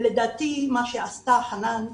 לדעתי מה שעשתה חנאן,